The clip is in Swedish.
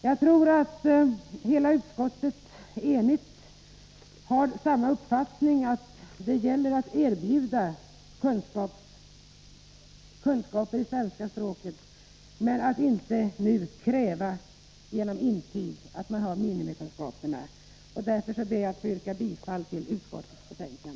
Jag tror att hela utskottet är enigt i uppfattningen att det gäller att erbjuda kunskaper i svenska språket men att vi inte bör kräva intyg på minimikunskaper. Därför ber jag att få yrka bifall till utskottets hemställan.